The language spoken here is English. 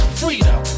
freedom